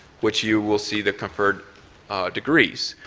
which you will see the conferred degrees.